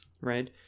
right